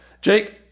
Jake